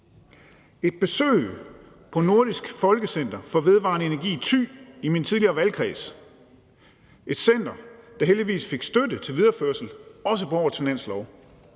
år siden på Nordisk Folkecenter for Vedvarende Energi i Thy, i min tidligere valgkreds – et center, der heldigvis fik støtte til videreførelse, også på årets finanslov